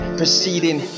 proceeding